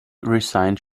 resigned